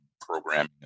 programming